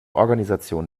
organisation